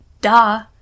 Duh